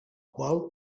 qual